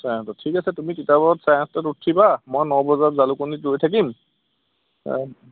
চাৰে আঠটাত ঠিক আছে তুমি তিতাবৰত চাৰে আঠটাত উঠিবা মই ন বজাত জালুকণিত ৰৈ থাকিম